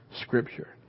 Scripture